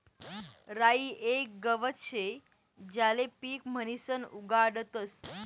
राई येक गवत शे ज्याले पीक म्हणीसन उगाडतस